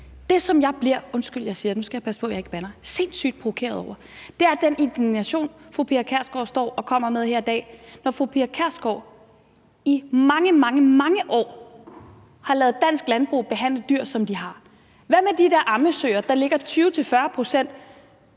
jeg ikke bander – sindssygt provokeret over, er den indignation, fru Pia Kjærsgaard står og kommer med her i dag, når fru Pia Kjærsgaard i mange, mange år har ladet dansk landbrug behandle dyr, som de har. Hvad med de der ammesøer, der ligger spændt